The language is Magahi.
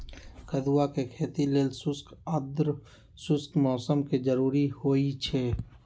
कदुआ के खेती लेल शुष्क आद्रशुष्क मौसम कें जरूरी होइ छै